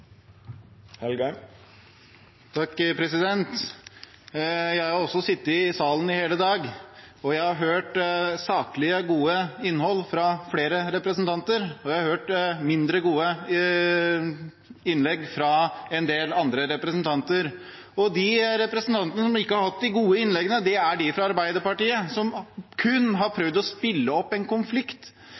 Jeg har også sittet i salen i hele dag, og jeg har hørt saklige, gode innlegg fra flere representanter. Jeg har også hørt mindre gode innlegg fra en del andre representanter. De representantene som ikke har hatt de gode innleggene, er de fra Arbeiderpartiet som kun har prøvd å spille opp en konflikt